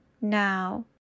now